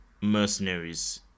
mercenaries